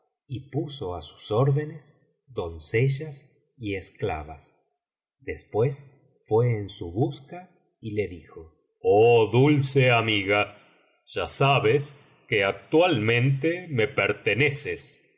y puso á sus órdenes doncellas y esclavas después fué en su busca y le dijo oh dulce amiga ya sabes que actualmente me perteneces